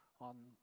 on